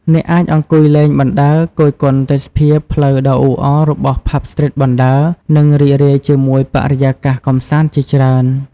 អ្នកអាចអង្គុយលេងបណ្ដើរ គយគន់ទេសភាពផ្លូវដ៏អ៊ូអររបស់ ផាប់ ស្ទ្រីត បណ្ដើរ និងរីករាយជាមួយបរិយាកាសកម្សាន្តជាច្រើន។